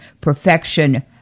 perfection